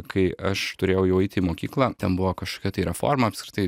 kai aš turėjau jau eiti į mokyklą ten buvo kažkokia tai reforma apskritai